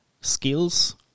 skills